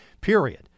period